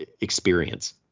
experience